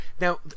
Now